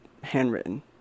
handwritten